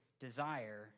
desire